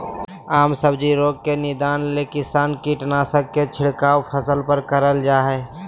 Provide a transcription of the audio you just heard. आम सब्जी रोग के निदान ले किसान कीटनाशक के छिड़काव फसल पर करल जा हई